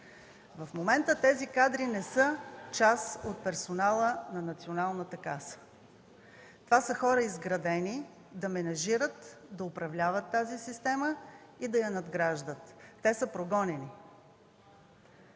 В момента тези кадри не са част от персонала на Националната каса. Това са хора, изградени да менижират, да управляват тази система и да я надграждат. Те са прогонени.